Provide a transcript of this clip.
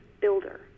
builder